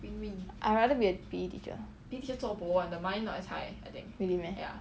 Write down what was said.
I rather be a P_E teacher really meh